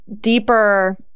deeper